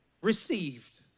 received